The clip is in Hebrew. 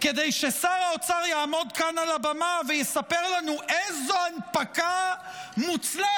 כדי ששר האוצר יעמוד כאן על הבמה ויספר לנו איזו הנפקה מוצלחת,